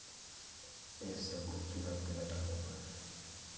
ये सब भी चुड़ाए के लगाने पर